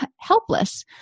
helpless